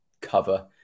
cover